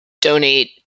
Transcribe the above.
donate